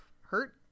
Hurt